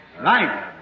Right